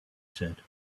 said